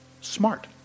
smart